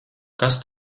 kas